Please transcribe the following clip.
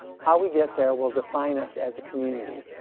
how we get there will define us as a community.